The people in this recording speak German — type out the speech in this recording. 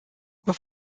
über